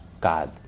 God